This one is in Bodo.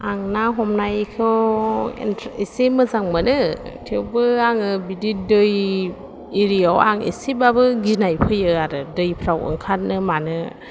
आं ना हमनायखौ इनट्रे एसे मोजां मोनो थेवबो आङो बिदि दै एरियाव आं एसेबाबो गिनाय फैयो आरो दैफ्राव ओंखारनो मानो